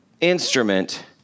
instrument